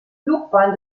flugbahn